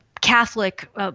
Catholic